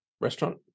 restaurant